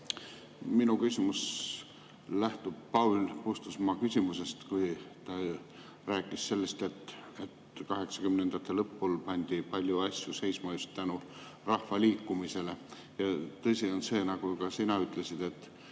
Minu küsimus lähtub Paul Puustusmaa küsimusest, kui ta rääkis sellest, et 1980‑ndate lõpul pandi palju asju seisma just tänu rahvaliikumisele. Tõsi on ka see, nagu sa ütlesid, et